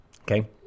Okay